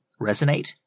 resonate